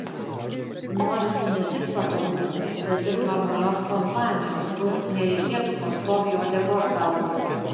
norisi ne tik patogumų bet ir normalios kompanijos kur nereikėtų pastoviai uodegos saugoti